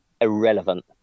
irrelevant